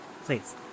please